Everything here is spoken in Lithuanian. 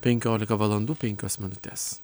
penkiolika valandų penkios minutės